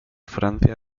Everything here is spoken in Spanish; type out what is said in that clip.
francia